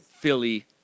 philly